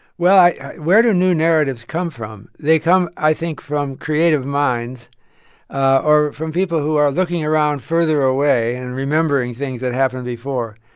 well, where do new narratives come from? they come, i think, from creative minds or from people who are looking around further away and remembering things that happened before.